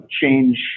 change